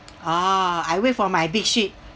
oh I wait for my big ship